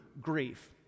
grief